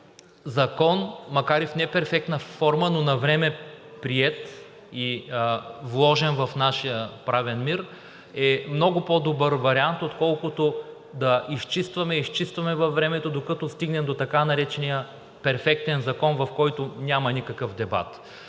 закон, макар и в неперфектна форма, но навреме приет и вложен в нашия правен мир, е много по-добър вариант, отколкото да изчистваме, изчистваме във времето, докато стигнем до така наречения перфектен закон, в който няма никакъв дебат.